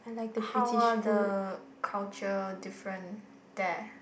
how are the culture different there